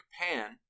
pan